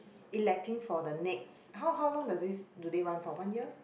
electing for the next how how long does this do they run for one year